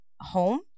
home